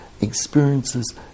experiences